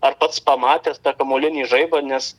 ar pats pamatęs tą kamuolinį žaibą nes